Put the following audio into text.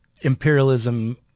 imperialism